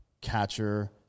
catcher